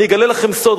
אני אגלה לכם סוד,